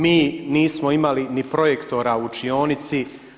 Mi nismo imali ni projektora u učionici.